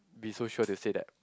be so sure to say that